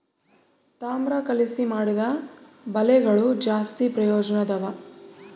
ತಾಮ್ರ ಕಲಿಸಿ ಮಾಡಿದ ಬಲೆಗಳು ಜಾಸ್ತಿ ಪ್ರಯೋಜನದವ